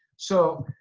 so,